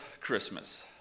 Christmas